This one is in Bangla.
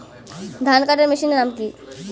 ধান কাটার মেশিনের নাম কি?